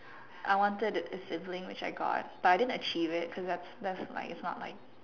I wanted a sibling which I got but I didn't achieve it because thats like thats not mine